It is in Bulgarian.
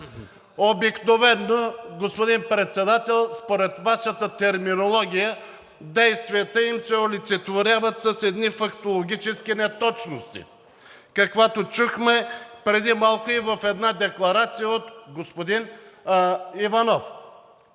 Обикновено, господин Председател, според Вашата терминология, действията им се олицетворяват с едни фактологически неточности, каквито чухме преди малко в декларацията на господин Иванов.